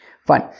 Fine